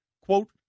quote